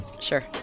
Sure